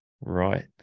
Right